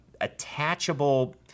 attachable